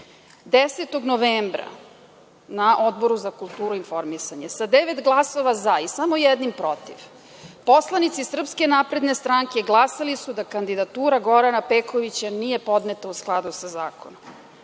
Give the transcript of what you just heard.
10. novembra na Odboru za kulturu i informisanje sa devet glasova za i samo jednim protiv poslanici SNS glasali su da kandidatura Zorana Pekovića nije podneta u skladu sa zakonom. Samo